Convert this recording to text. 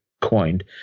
coined